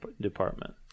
department